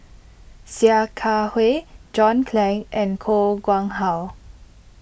Sia Kah Hui John Clang and Koh Nguang How